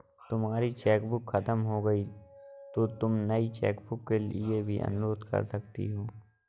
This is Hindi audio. तुम्हारी चेकबुक खत्म हो गई तो तुम नई चेकबुक के लिए भी अनुरोध कर सकती हो